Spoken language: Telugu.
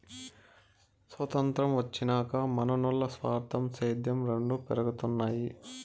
సొతంత్రం వచ్చినాక మనునుల్ల స్వార్థం, సేద్యం రెండు పెరగతన్నాయి